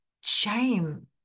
shame